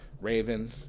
Raven